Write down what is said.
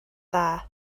dda